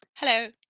Hello